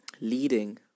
leading